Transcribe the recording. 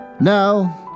Now